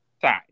side